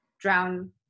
drown